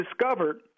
discovered